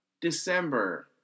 December